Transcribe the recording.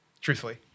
truthfully